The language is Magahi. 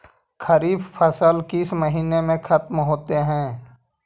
खरिफ फसल किस महीने में ख़त्म होते हैं?